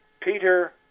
Peter